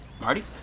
Marty